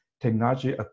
technology